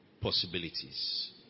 possibilities